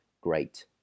great